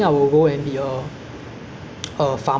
cause I think farmer life although it's very tough but